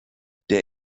der